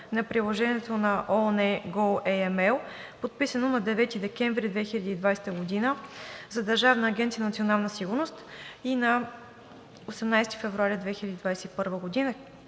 на приложението на ООН goAML, подписано на 9 декември 2020 г. за Държавна агенция „Национална сигурност“ и на 18 февруари 2021 г.